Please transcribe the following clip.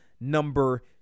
number